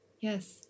Yes